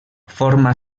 forma